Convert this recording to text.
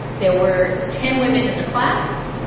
there were ten women in the class,